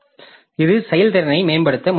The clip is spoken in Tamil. இது செயல்திறனை மேம்படுத்த முயற்சிக்கிறது